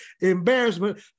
embarrassment